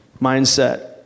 mindset